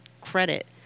credit